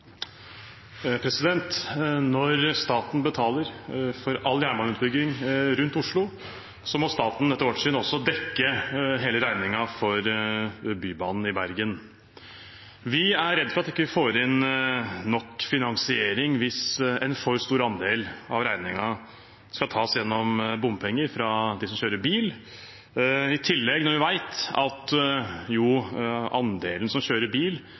Når staten betaler for all jernbaneutbygging rundt Oslo, må staten, etter vårt syn, også dekke hele regningen for Bybanen i Bergen. Vi er redd for at vi ikke får nok finansiering hvis en for stor andel av regningen skal tas gjennom bompenger fra dem som kjører bil. I tillegg vet vi at andelen som kjører bil,